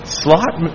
slot